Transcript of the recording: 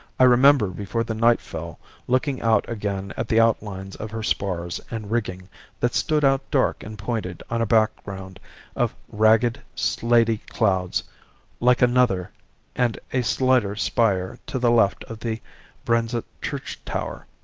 i remember before the night fell looking out again at the outlines of her spars and rigging that stood out dark and pointed on a background of ragged, slaty clouds like another and a slighter spire to the left of the brenzett church-tower.